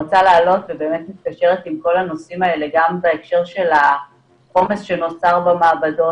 ושבאמת מתקשרת עם כל הנושאים האלה גם בהקשר של העומס שנוצר במעבדות,